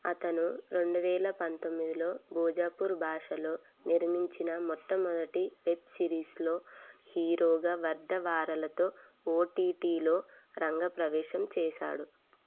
అతను రెండు వేల పంతొమ్మిదిలో భోజ్పూరి భాషలో నిర్మించిన మొట్టమొదటి వెబ్ సిరీస్ హీరో వర్దివాలా తో ఓటిటిలో రంగప్రవేశం చేశాడు